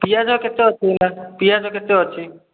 ପିଆଜ କେତେ ଅଛି ଏଇନା ପିଆଜ କେତେ ଅଛି